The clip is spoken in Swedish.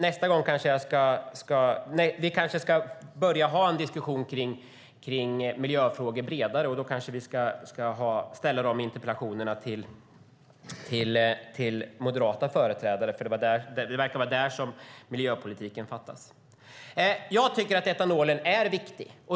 Vi kanske ska ha bredare diskussioner om miljöfrågor och ställa interpellationerna till moderata företrädare; det verkar vara där man fastställer miljöpolitiken. Jag tycker att etanolen är viktig.